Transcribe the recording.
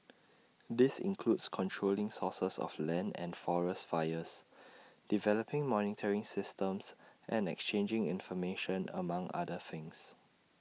this includes controlling sources of land and forest fires developing monitoring systems and exchanging information among other things